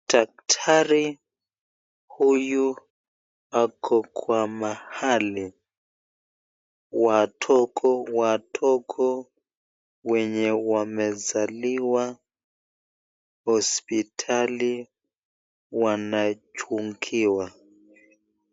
Daktari huyu ako Kwa mahali watoto wadogo wenye wamezaliwa hospitali wanachungiwa.